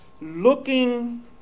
looking